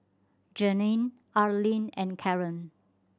Jeanine Arlene and Karon